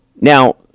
Now